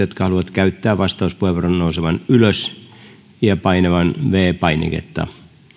jotka haluavat käyttää vastauspuheenvuoron nousemaan ylös ja painamaan viides painiketta